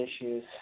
issues